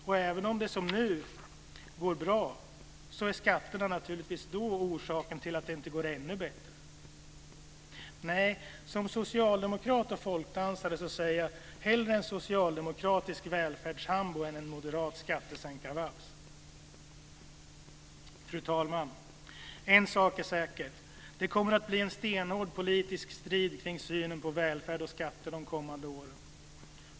Och om det, som nu, går bra, då är skatterna naturligtvis orsaken till att det inte går ännu bättre. Nej, som socialdemokrat och folkdansare säger jag: Hellre en socialdemokratisk välfärdshambo än en moderat skattesänkarvals. Fru talman! En sak är säker; det kommer att bli en stenhård politisk strid kring synen på välfärd och skatter de kommande åren.